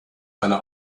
einer